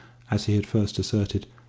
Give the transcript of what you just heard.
as he had first asserted,